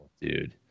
dude